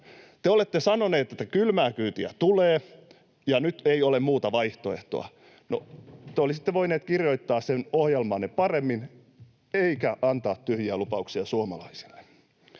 Te olette sanoneet, että kylmää kyytiä tulee ja nyt ei ole muuta vaihtoehtoa. No, te olisitte voineet kirjoittaa sen ohjelmanne paremmin, eikä niin, että annatte tyhjiä lupauksia suomalaisille.